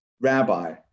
rabbi